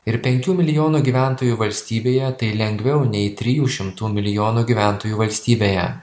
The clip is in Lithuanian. ir penkių milijonų gyventojų valstybėje tai lengviau nei trijų šimtų milijonų gyventojų valstybėje